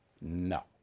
No